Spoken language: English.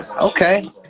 Okay